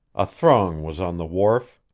a throng was on the wharf.